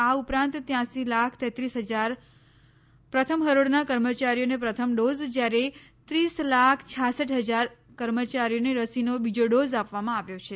આ ઉપરાંત ત્યાંસી લાખ તેત્રીસ હજાર પ્રથમ હરોળના કર્મચારીઓને પ્રથમ ડોઝ જયારે ત્રીસ લાખ છાસઠ હજાર કર્મચારીઓને રસીનો બીજો ડોઝ આપવામાં આવ્યો છે